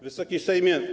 Wysoki Sejmie!